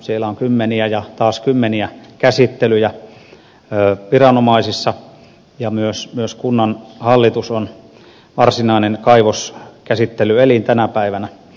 siellä on kymmeniä ja taas kymmeniä käsittelyjä viranomaisissa ja myös kunnanhallitus on varsinainen kaivoskäsittelyelin tänä päivänä